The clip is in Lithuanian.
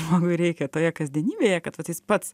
žmogui reikia toje kasdienybėje kad vat jis pats